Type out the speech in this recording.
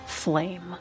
flame